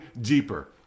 deeper